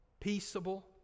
peaceable